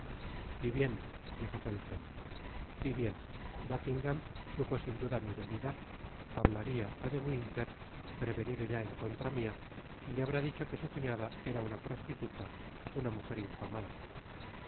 y bien dijo felton y bien buckingam supo sin duda mi venida hablaria á de winter prevenido ya en contra mia y le habrá dicho que su cuñada era una prostituta una mujer infamada